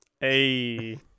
hey